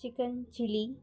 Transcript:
chicken chilly